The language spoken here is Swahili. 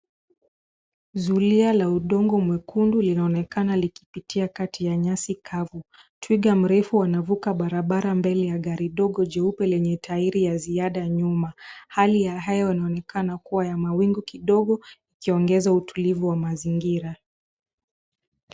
Zulia la udongo mwekundu linaonekana likipitia kati ya nyasi kavu. Twiga mrefu anavuka barabara mbele ya gari dogo jeupe lenye tairi ya ziada nyuma. Hali ya hewa inaonekana kuwa ya mawingu kidogo ikongeza utulivu wa mazingira.